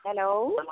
hello